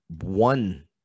One